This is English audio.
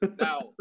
Now